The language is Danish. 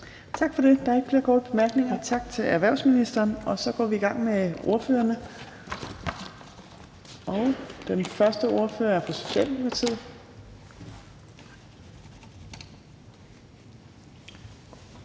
Tak for det. Der er ikke flere korte bemærkninger. Tak til erhvervsministeren. Så går vi i gang med ordførerne, og den første ordfører er fra Socialdemokratiet.